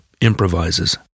improvises